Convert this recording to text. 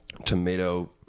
tomato